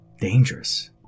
dangerous